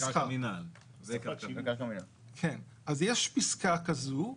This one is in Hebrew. אז יש פסקה כזו,